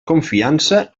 confiança